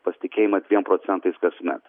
pasitikėjimas dviem procentais kasmet